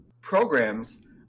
programs